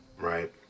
right